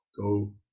Go